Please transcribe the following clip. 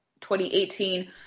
2018